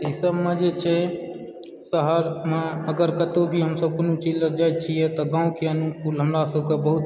ई सभमऽ जे छै शहरमऽ अगर कतहुँ भी हमसभ कोनो चीजलऽ जाइत छियै तऽ गाँवके अनुकूल हमरा सभकऽ बहुत